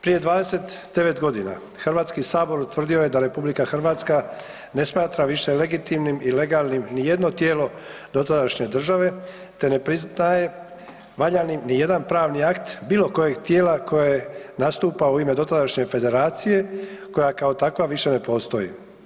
Prije 29 godina HS utvrdio je da RH ne smatra više legitimnim i legalnim nijedno tijelo dotadašnje države te ne priznaje valjanim nijedan pravni akt bilo kojeg tijela koje nastupa u ime dotadašnje federacije, koja kao takva više ne postoji.